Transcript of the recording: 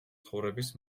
ცხოვრების